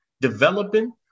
developing